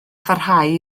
pharhau